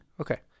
Okay